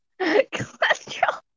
Cholesterol